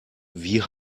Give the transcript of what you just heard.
wie